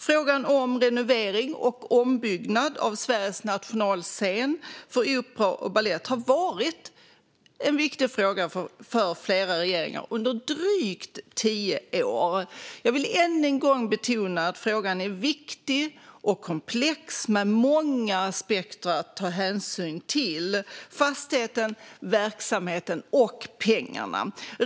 Frågan om renovering och ombyggnad av Sveriges nationalscen för opera och balett har varit en viktig fråga för flera regeringar under drygt tio år. Jag vill än en gång betona att frågan är viktig och komplex med många aspekter att ta hänsyn till: fastigheten, verksamheten och pengarna.